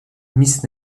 miss